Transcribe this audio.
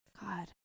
God